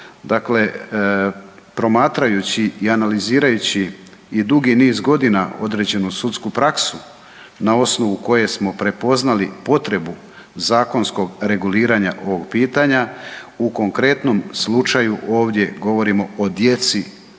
dakle, promatrajući i analizirajući i dugi niz godina određenu sudsku praksu na osnovu koje smo prepoznali potrebu zakonskog reguliranja ovog pitanja u konkretnom slučaju ovdje govorimo o djeci